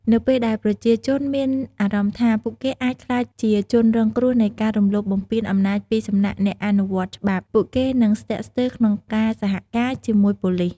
នៅពេលដែលប្រជាជនមានអារម្មណ៍ថា ពួកគេអាចក្លាយជាជនរងគ្រោះនៃការរំលោភបំពានអំណាចពីសំណាក់អ្នកអនុវត្តច្បាប់ ពួកគេនឹង ស្ទាក់ស្ទើរក្នុងការសហការជាមួយប៉ូលីស។